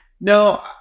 No